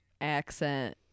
accent